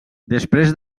després